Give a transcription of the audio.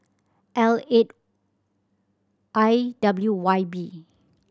L eight I W Y B